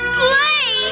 play